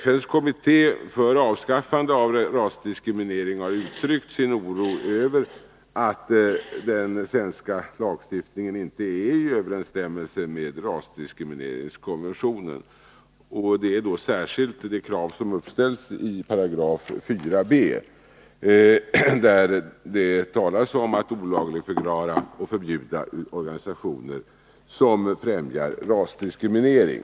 FN:s kommitté för avskaffande av rasdiskriminering har uttryckt sin oro över att den svenska lagstiftningen inte är i överensstämmelse med rasdiskrimineringskonventionen. Det gäller särskilt det krav som uppställts i 4 b §, där det talas om att olagligförklara och förbjuda organisationer som främjar rasdiskriminering.